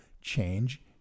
change